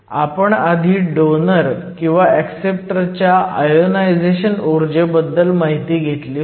आपण आधी डोनर किंवा ऍक्सेप्टरच्या आयोनायझेशन उर्जेबद्दल माहिती घेतली होती